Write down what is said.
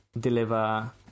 deliver